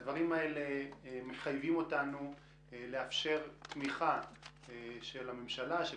הדברים האלה מחייבים אותנו לאפשר תמיכה של הממשלה של